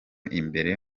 imbere